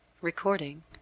Recording